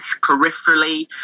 peripherally